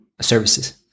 services